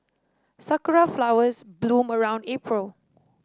sakura flowers bloom around April